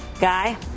Guy